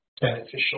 beneficial